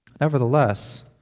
Nevertheless